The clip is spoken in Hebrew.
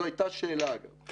זו הייתה שאלה, אגב.